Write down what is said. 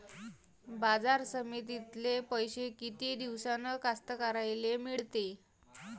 बाजार समितीतले पैशे किती दिवसानं कास्तकाराइले मिळते?